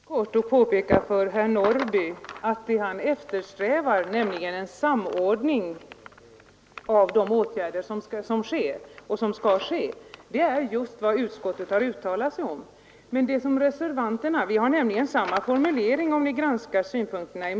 Herr talman! Jag skall bara mycket kort påpeka för herr Norrby i Åkersberga att det han eftersträvar — nämligen en samordning av de åtgärder som vidtas och som skall vidtas — är just vad utskottet har uttalat sig om. Utskottsmajoriteten har samma formulering som reservanterna, vilket framgår om man granskar meningen före den herr Norrby citerade.